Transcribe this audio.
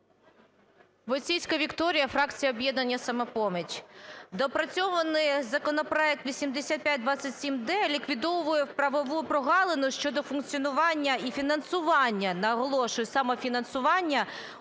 Войціцька Вікторія, фракція "Об'єднання "Самопоміч". Доопрацьований законопроект 8527-д ліквідовує правову прогалину щодо функціонування і фінансування. Наголошую, саме фінансування